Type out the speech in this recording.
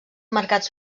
mercats